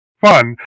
fun